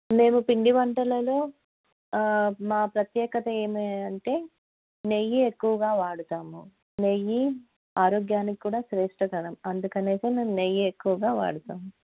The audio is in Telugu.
మేము పిండి వంటలలో మా ప్రత్యేకత ఏంటి అంటే నెయ్యి ఎక్కువగా వాడుతాము నెయ్యి ఆరోగ్యానికి కూడా శ్రేయస్కరం అందుకనేైతే మేము నెయ్యి ఎక్కువగా వాడుతాము